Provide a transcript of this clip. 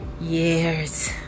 years